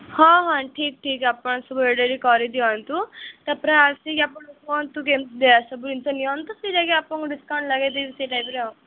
ହଁ ହଁ ଠିକ୍ ଠିକ୍ ଆପଣ ସବୁ ଅର୍ଡ଼ର୍ କରିଦିଅନ୍ତୁ ତା'ପରେ ଆସିକି ଆପଣ କୁହନ୍ତୁ କେମିତିଆ ସବୁ ଜିନିଷ ନିଅନ୍ତୁ ଫିର୍ ଯାଇକି ଆପଣଙ୍କୁ ଡିସ୍କାଉଣ୍ଟ୍ ଲଗାଇ ଦେବି ସେଇ ଟାଇପ୍ର ଆଉ